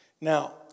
Now